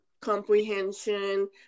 comprehension